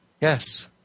Yes